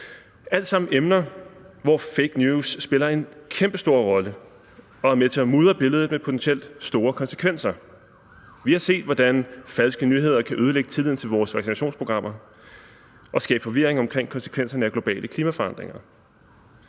alt sammen emner, hvor fake news spiller en kæmpestor rolle og er med til at mudre billedet med potentielt store konsekvenser. Vi har set, hvordan falske nyheder kan ødelægge tilliden til vores vaccinationsprogrammer og skabe forvirring omkring konsekvenserne af globale klimaforandringer.